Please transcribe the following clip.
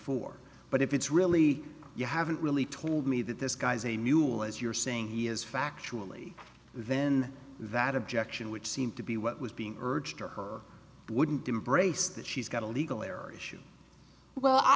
four but if it's really you haven't really told me that this guy is a mule as you're saying he is factually then that objection which seemed to be what was being urged to her wouldn't embrace that she's got a legal area issue well i